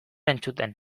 entzuten